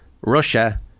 Russia